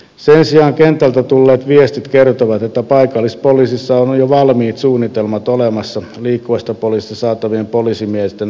sen sijaan kentältä tulleet viestit kertovat että paikallispoliisissa on jo valmiit suunnitelmat olemassa liikkuvasta poliisista saatavien poliisimiesten uudelleensijoittamiseksi